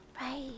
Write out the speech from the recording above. Right